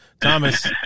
thomas